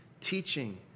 teaching